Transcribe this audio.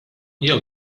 jew